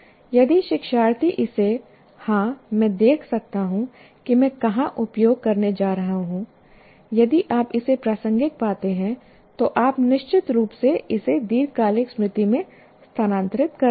यदि शिक्षार्थी इसे हाँ मैं देख सकता हूँ कि मैं कहाँ उपयोग करने जा रहा हूँ यदि आप इसे प्रासंगिक पाते हैं तो आप निश्चित रूप से इसे दीर्घकालिक स्मृति में स्थानांतरित कर देंगे